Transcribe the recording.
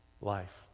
life